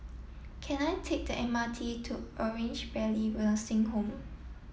can I take the M R T to Orange Valley Nursing Home